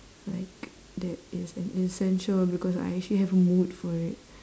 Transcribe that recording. like that is an essential because I actually have a mood for it